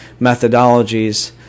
methodologies